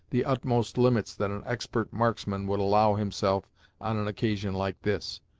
the utmost limits that an expert marksman would allow himself on an occasion like this.